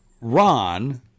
Ron